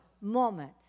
moment